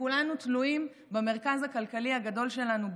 וכולנו תלויים במרכז הכלכלי הגדול שלנו,